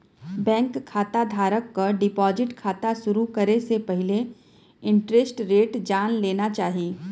bank खाता धारक क डिपाजिट खाता शुरू करे से पहिले इंटरेस्ट रेट जान लेना चाही